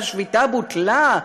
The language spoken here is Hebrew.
והשביתה בוטלה.